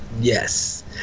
yes